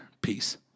Peace